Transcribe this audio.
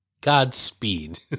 Godspeed